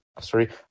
sorry